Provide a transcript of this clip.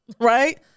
Right